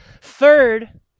Third